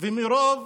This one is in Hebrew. ומרוב